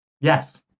Yes